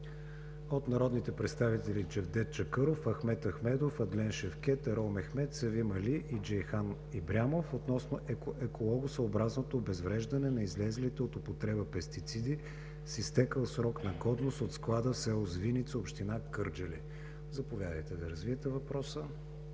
от народните представители Джевдет Чакъров, Ахмед Ахмедов, Адлен Шевкед, Ерол Мехмед, Севим Али и Джейхан Ибрямов относно екологосъобразното обезвреждане на излезлите от употреба пестициди с изтекъл срок на годност от склада в село Звиница, община Кърджали. Заповядайте да развиете въпроса.